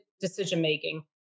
decision-making